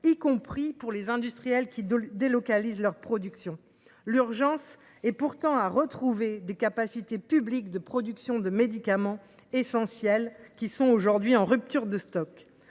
y compris pour les industriels qui délocalisent leurs productions. J’y insiste, il est urgent de retrouver des capacités publiques de production de médicaments essentiels aujourd’hui en rupture de stock.